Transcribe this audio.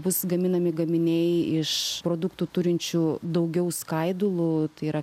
bus gaminami gaminiai iš produktų turinčių daugiau skaidulų tai yra